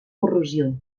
corrosió